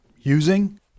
using